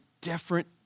different